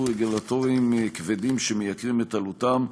רגולטוריים כבדים שמייקרים את עלותם.